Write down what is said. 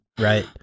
right